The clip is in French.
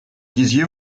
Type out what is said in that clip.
disiez